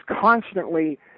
constantly